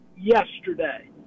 Yesterday